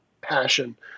passion